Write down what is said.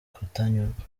kutanyurwa